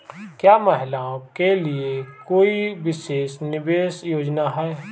क्या महिलाओं के लिए कोई विशेष निवेश योजना है?